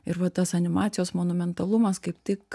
ir va tas animacijos monumentalumas kaip tik